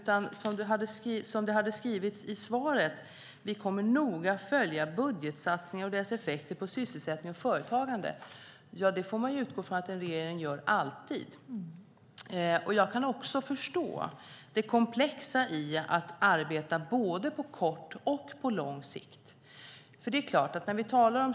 I svaret står det skrivet: Vi kommer att noga följa budgetsatsningar och dess effekter på sysselsättning och företagande. Det får man ju utgå från att en regering alltid gör. Jag kan också förstå det komplexa i att arbeta både på kort och på lång sikt.